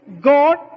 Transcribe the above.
God